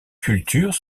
cultures